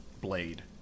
blade